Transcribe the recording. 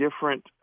different